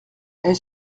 est